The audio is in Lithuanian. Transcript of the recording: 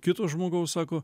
kito žmogaus sako